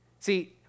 See